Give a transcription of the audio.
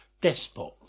despot